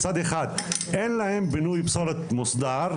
מצד אחד אין להם פינוי פסולת מוסדר,